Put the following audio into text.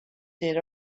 did